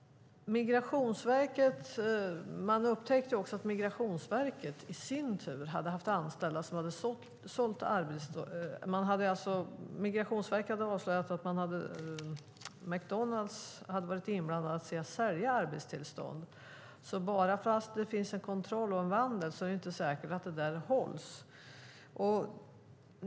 Migrationsverket har avslöjat att McDonalds varit inblandat i att sälja arbetstillstånd. Bara för att det finns en kontroll och en vandel är det alltså inte säkert att det där hålls.